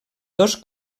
dos